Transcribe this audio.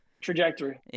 Trajectory